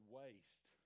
waste